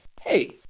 hey